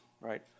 right